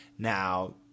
Now